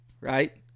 Right